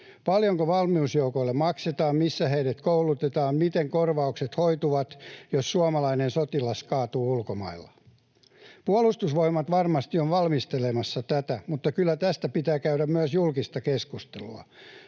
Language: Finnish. Paljonko valmiusjoukoille maksetaan? Missä heidät koulutetaan? Miten korvaukset hoituvat, jos suomalainen sotilas kaatuu ulkomailla? Puolustusvoimat varmasti on valmistelemassa tätä, mutta kyllä tästä pitää käydä myös julkista keskustelua.